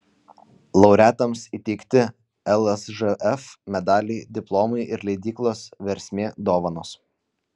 laureatams įteikti lsžf medaliai diplomai ir leidyklos versmė dovanos